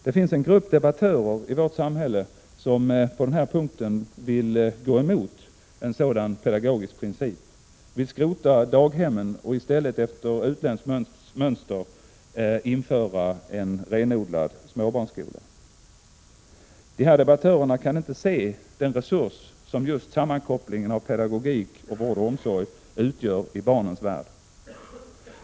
Det finns en grupp debattörer i vårt samhälle som på den här punkten vill gå emot en sådan pedagogisk princip, som vill skrota daghemmen och i stället efter utländskt mönster införa en renodlad småbarnsskola. De här debattörerna I kan inte se den resurs som just sammankopplingen av pedagogik och vård I och omsorg utgör i barnens värld.